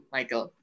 Michael